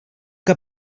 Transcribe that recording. què